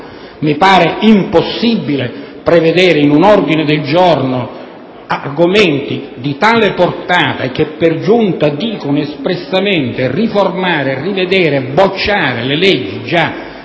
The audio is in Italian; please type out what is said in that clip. mi pare impossibile prevedere in un ordine del giorno impegni di tale portata che, per giunta, chiedono espressamente di riformare, rivedere, bocciare leggi